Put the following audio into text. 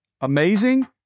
Amazing